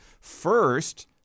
First